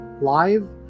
live